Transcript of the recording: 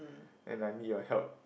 and I need your help